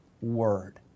word